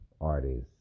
artists